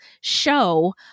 show